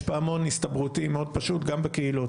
יש פעמון הסתברותי מאוד פשוט גם בקהילות.